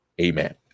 amen